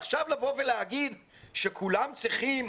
עכשיו לבוא ולומר שכולם צריכים